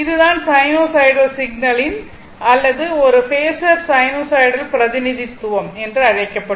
இது தான் சைனூசாய்டல் சிக்னலின் அல்லது ஒரு பேஸர் சைனூசாய்டல் பிரதிநிதித்துவம் என்று அழைக்கப்படும்